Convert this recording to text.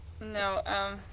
No